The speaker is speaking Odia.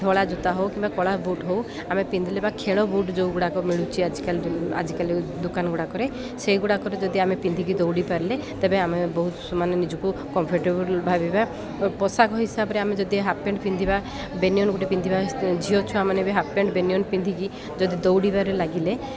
ଧଳା ଜୋତା ହଉ କିମ୍ବା କଳା ବୁଟ୍ ହଉ ଆମେ ପିନ୍ଧେ ବା ଖେଳ ବୁଟ୍ ଯେଉଁ ଗୁଡ଼ାକ ମିଳୁଛି ଆଜିକାଲି ଆଜିକାଲି ଦୋକାନ ଗୁଡ଼ାକରେ ସେଇଗୁଡ଼ାକରେ ଯଦି ଆମେ ପିନ୍ଧିକି ଦୌଡ଼ି ପାରିଲେ ତେବେ ଆମେ ବହୁତ ମାନେ ନିଜକୁ କମ୍ଫର୍ଟେବୁଲ ଭାବିବା ପୋଷାକ ହିସାବରେ ଆମେ ଯଦି ହାଫ୍ ପେଣ୍ଟ ପିନ୍ଧିବା ବେନିୟନ ଗୋଟେ ପିନ୍ଧିବା ଝିଅ ଛୁଆମାନେ ବି ହାଫ ପେଣ୍ଟ ବେନିୟନ ପିନ୍ଧିକି ଯଦି ଦୌଡ଼ିବାରେ ଲାଗିଲେ